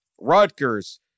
Rutgers